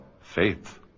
faith